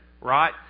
right